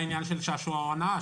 כי זה העניין של שעשוע או הנאה.